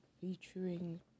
featuring